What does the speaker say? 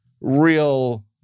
real